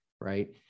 right